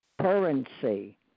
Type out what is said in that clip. currency